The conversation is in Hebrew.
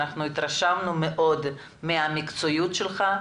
התרשמנו מאוד מהמקצועיות שלך,